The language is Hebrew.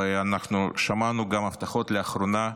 ואנחנו שמענו גם הבטחות לאחרונה,